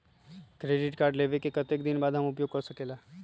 Credit card लेबे के कतेक दिन बाद हम उपयोग कर सकेला?